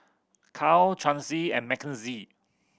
Cal Chauncey and Makenzie